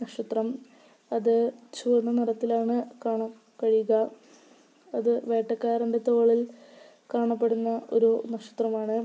നക്ഷത്രം അത് ചുവന്ന നിറത്തിലാണ് കാണാൻ കഴിയുക അത് വേട്ടക്കാരൻ്റെ തോളിൽ കാണപ്പെടുന്ന ഒരു നക്ഷത്രമാണ്